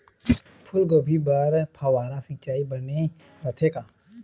फूलगोभी बर फव्वारा सिचाई बने रथे का?